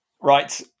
Right